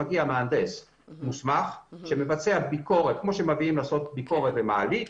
מגיע מהנדס מוסמך שמבצע ביקורת כמו שעושים למעלית,